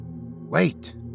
Wait